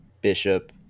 Bishop